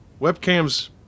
Webcams